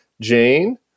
Jane